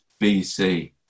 BC